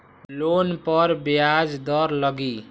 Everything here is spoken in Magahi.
लोन पर ब्याज दर लगी?